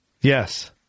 Yes